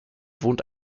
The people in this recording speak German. wohnt